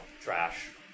trash